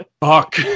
fuck